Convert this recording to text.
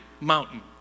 mountain